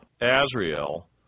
Azrael